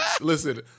Listen